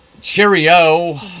Cheerio